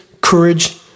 courage